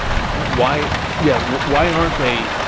why yeah, why aren't they,